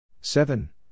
seven